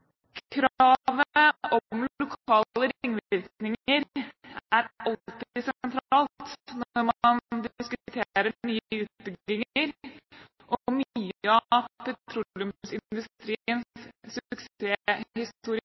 om lokale ringvirkninger er alltid sentralt når man diskuterer nye utbygginger, og